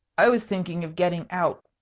i was thinking of getting out,